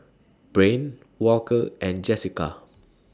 Brain Walker and Jessika